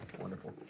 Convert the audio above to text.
Wonderful